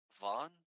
Vaughn